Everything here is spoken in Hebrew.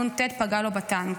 נ"ט פגע לו בטנק.